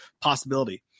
Possibility